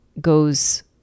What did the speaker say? goes